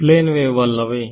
plane wave ವಲ್ಲವೇ